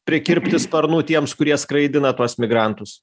prikirpti sparnų tiems kurie skraidina tuos migrantus